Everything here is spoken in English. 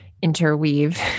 interweave